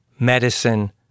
Medicine